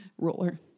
ruler